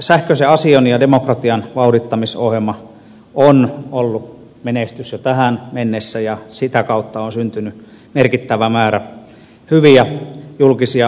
sähköisen asioinnin ja demokratian vauhdittamisohjelma on ollut menestys jo tähän mennessä ja sitä kautta on syntynyt merkittävä määrä hyviä julkisia asioimispalveluita